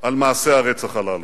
על מעשי הרצח הללו,